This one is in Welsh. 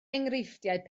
enghreifftiau